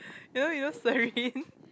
you know you know Serene